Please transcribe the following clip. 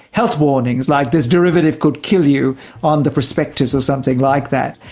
health warnings like this derivative could kill you on the prospectus, or something like that.